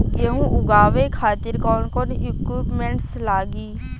गेहूं उगावे खातिर कौन कौन इक्विप्मेंट्स लागी?